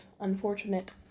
unfortunate